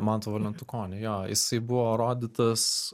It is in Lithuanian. manto valentukonio jo jisai buvo rodytas